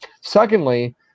Secondly